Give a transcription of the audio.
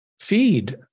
feed